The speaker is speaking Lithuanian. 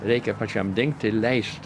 reikia pačiam dengt ir leist